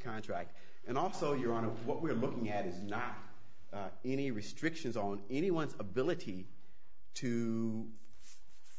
contract and also you're out of what we're looking at is not any restrictions on anyone's ability to